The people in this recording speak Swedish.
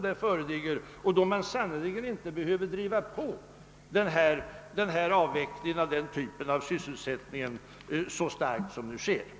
Då behö ver man sannerligen inte driva på avvecklingen av denna andra typ av sysselsättning så starkt som för närvarande sker.